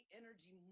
energy